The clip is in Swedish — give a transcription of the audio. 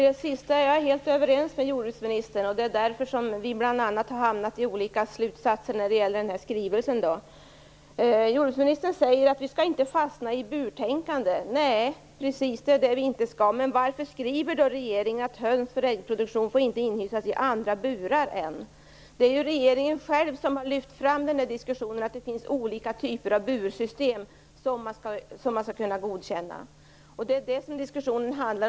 Herr talman! Jag är helt överens med jordbruksministern om det sista som hon sade. Det är bl.a. därför som vi har kommit fram till olika slutsatser när det gäller den här skrivelsen. Jordbruksministern säger att vi inte skall fastna i burtänkande. Nej det skall vi inte. Men varför skriver då regeringen att höns för äggproduktion inte får inhysas i andra burar än, osv. Det är regeringen själv som har lyft fram diskussionen att det finns olika typer av bursystem som man skall kunna godkänna. Det är det som diskussionen handlar om.